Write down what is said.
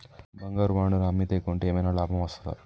బంగారు బాండు ను అమ్మితే కొంటే ఏమైనా లాభం వస్తదా?